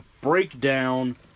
breakdown